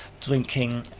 drinking